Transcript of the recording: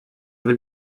vill